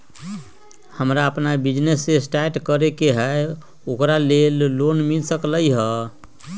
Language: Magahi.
हमरा अपन बिजनेस स्टार्ट करे के है ओकरा लेल लोन मिल सकलक ह?